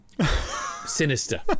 Sinister